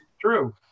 true